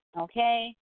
okay